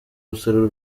umusaruro